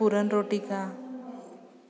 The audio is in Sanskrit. पूरन् रोटिका